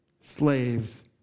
slaves